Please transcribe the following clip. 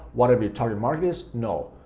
whatever your target market is. no,